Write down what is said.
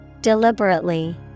Deliberately